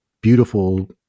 beautiful